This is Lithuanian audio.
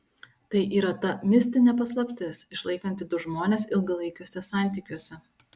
tai yra ta mistinė paslaptis išlaikanti du žmones ilgalaikiuose santykiuose